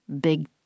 big